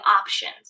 options